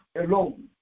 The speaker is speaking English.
alone